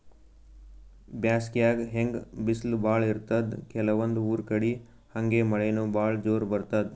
ಬ್ಯಾಸ್ಗ್ಯಾಗ್ ಹೆಂಗ್ ಬಿಸ್ಲ್ ಭಾಳ್ ಇರ್ತದ್ ಕೆಲವಂದ್ ಊರ್ ಕಡಿ ಹಂಗೆ ಮಳಿನೂ ಭಾಳ್ ಜೋರ್ ಬರ್ತದ್